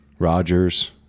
Rodgers